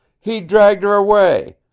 he dragged her away,